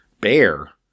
bear